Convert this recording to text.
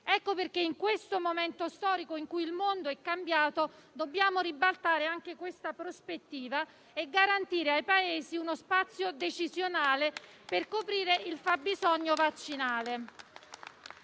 Ecco perché in questo momento storico, in cui il mondo è cambiato, dobbiamo ribaltare anche tale prospettiva e garantire ai Paesi uno spazio decisionale per coprire il fabbisogno vaccinale.